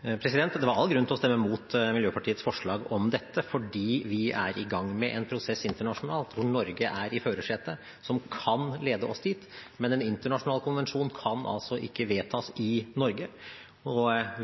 Det var all grunn til å stemme imot Miljøpartiets forslag om dette, fordi vi er i gang med en prosess internasjonalt hvor Norge er i førersetet, som kan lede oss dit, men en internasjonal konvensjon kan altså ikke vedtas i Norge.